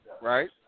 Right